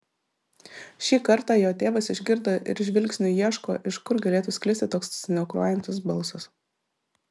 šį kartą jo tėvas išgirdo ir žvilgsniu ieško iš kur galėtų sklisti toks sniaukrojantis balsas